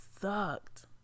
sucked